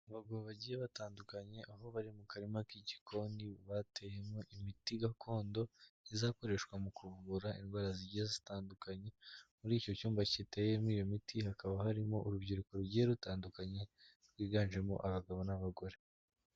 Abagabo bagiye batandukanye, aho bari mu karima k'igikoni bateyemo imiti gakondo, izakoreshwa mu kuvura indwara zigiye zitandukanye, muri icyo cyumba kiteyemo iyo miti, hakaba harimo urubyiruko rugiye rutandukanye, rwiganjemo abagabo n'abagore.